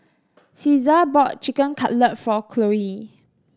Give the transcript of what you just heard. Caesar bought Chicken Cutlet for Cloe